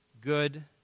good